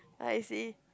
I see